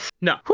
No